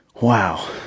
Wow